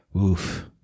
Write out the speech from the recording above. Oof